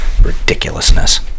ridiculousness